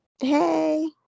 hey